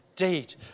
indeed